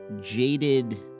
jaded